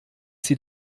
sie